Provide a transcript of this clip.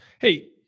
Hey